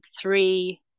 three